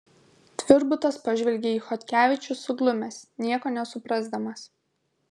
tvirbutas pažvelgia į chodkevičių suglumęs nieko nesuprasdamas